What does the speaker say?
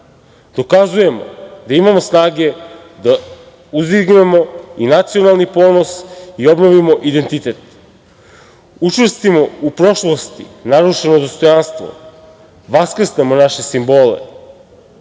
dokazujemo da imamo snage da uzdignemo i nacionalni ponos i obnovimo identitet, učvrstimo u prošlosti narušeno dostojanstvo, vaskrsnemo naše simbole. To